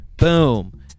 Boom